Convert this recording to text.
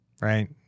right